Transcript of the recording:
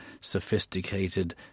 sophisticated